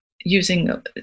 using